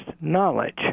knowledge